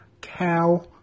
cow